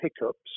hiccups